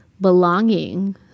belonging